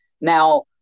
Now